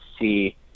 see